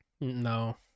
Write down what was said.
No